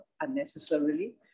unnecessarily